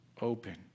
open